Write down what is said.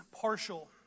partial